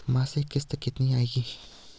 मासिक किश्त कितनी आएगी?